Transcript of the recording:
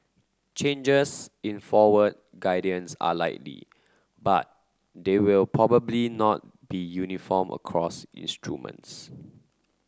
changes in forward guidance are likely but they will probably not be uniform across instruments